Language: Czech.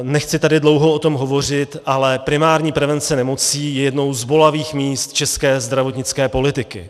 Nechci tady dlouho o tom hovořit, ale primární prevence nemocí je jedním z bolavých míst české zdravotnické politiky.